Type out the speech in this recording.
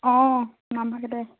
অঁ নামফাকেতে